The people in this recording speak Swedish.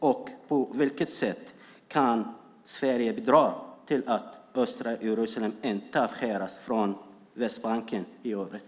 Och på vilket sätt kan Sverige bidra till att östra Jerusalem inte avskärs från Västbanken i övrigt?